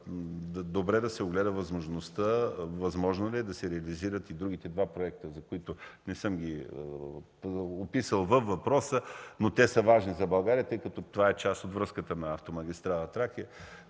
добре да се огледат и възможно ли е да се реализират и другите два проекта, които не съм описал във въпроса, но са важни за България, тъй като са част от връзката на автомагистрала „Тракия”